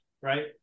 right